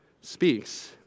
speaks